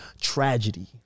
tragedy